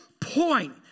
point